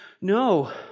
No